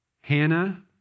Hannah